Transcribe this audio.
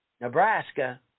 Nebraska